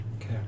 Okay